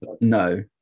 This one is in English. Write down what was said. No